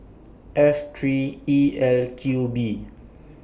F three E L Q B